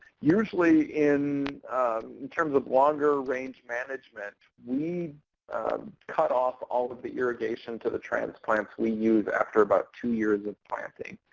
usually, in in terms of longer range management, we cut off all of the irrigation to the transplants we use after about two years of planting.